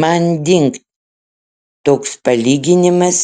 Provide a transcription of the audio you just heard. man dingt toks palyginimas